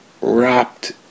wrapped